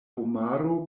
homaro